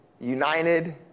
united